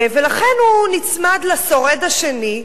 ולכן הוא נצמד לשורד השני,